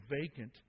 vacant